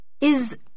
Is